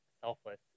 selfless